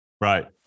Right